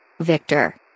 Victor